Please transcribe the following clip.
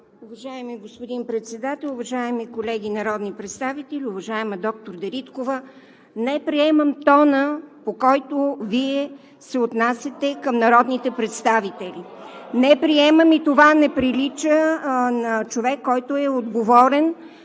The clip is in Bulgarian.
Уважаеми господин Председател, уважаеми колеги народни представители! Уважаема доктор Дариткова, не приемам тона, с който Вие се отнасяте към народните представители. (Шум и реплики от ГЕРБ.) Не приемам! Това не прилича на човек, който е отговорен,